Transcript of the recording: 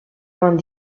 vingt